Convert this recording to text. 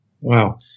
Wow